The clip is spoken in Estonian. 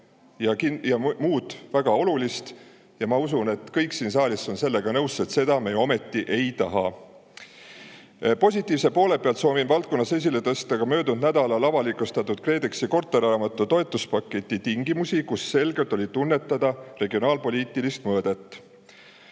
ja muud väga olulist. Ja ma usun, et kõik siin saalis on sellega nõus, et seda me ju ometi ei taha. Positiivse poole pealt valdkonnas soovin esile tõsta möödunud nädalal avalikustatud KredExi korterelamute toetuspaketi tingimusi, kus on selgelt tunnetada regionaalpoliitilist mõõdet.